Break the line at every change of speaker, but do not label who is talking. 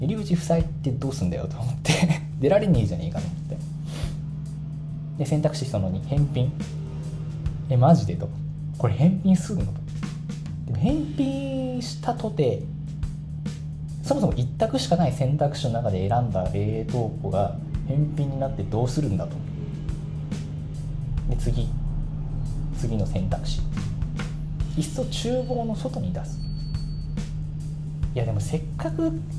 入り口塞いでどうすんだよと思って。 出られねえじゃねえかと思って。で、選択肢その二。返品。え、マジでと。これ返品するのと。でも返品したとて、そもそも一択しかない選択肢の中で選んだ冷凍庫が返品になってどうするんだと思う。で、次。次の選択肢。いっそ厨房の外に出す。いや、でもせっかく